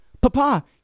Papa